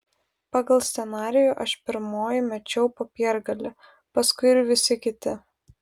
pagal scenarijų aš pirmoji mečiau popiergalį paskui ir visi kiti